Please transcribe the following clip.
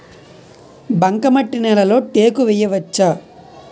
బంకమట్టి నేలలో టేకు వేయవచ్చా?